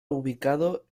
ubicado